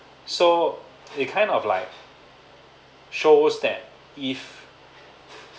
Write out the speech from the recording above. so it kind of life shows that if